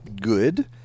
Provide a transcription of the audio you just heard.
good